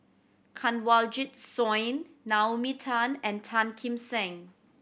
Kanwaljit Soin Naomi Tan and Tan Kim Seng